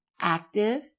active